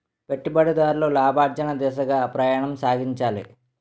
పెట్టుబడిదారులు లాభార్జన దిశగా ప్రయాణం సాగించాలి